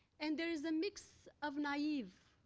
and there is a mix of naive,